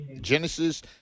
Genesis